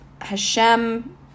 Hashem